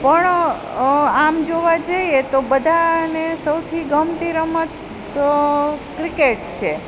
પણ આમ જોવા જઈએ તો બધાંને સૌથી ગમતી રમત તો ક્રિકેટ છે